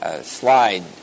slide